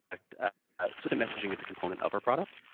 ah sort of messaging is a component of our product.